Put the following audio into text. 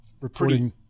reporting